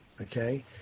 okay